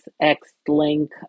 X-link